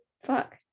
Fuck